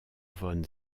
von